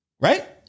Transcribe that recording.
right